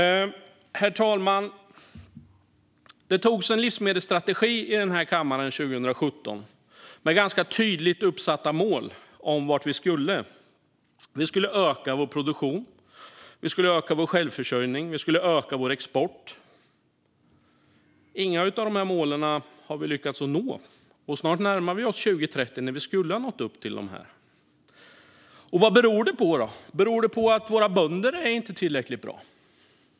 Herr talman! Det antogs en livsmedelsstrategi här i kammaren 2017. Den hade tydligt uppsatta mål: Vi skulle öka vår produktion, vi skulle öka vår självförsörjning och vi skulle öka vår export. Inget av dessa mål har vi lyckats nå, och snart närmar vi oss 2030 då vi ska ha nått dem. Vad beror detta på? Beror det på att våra bönder inte är tillräckligt bra?